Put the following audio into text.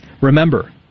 Remember